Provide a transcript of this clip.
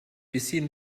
bisschen